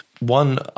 One